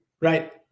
Right